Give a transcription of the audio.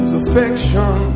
affection